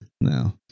No